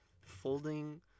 folding